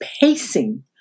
pacing